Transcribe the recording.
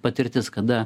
patirtis kada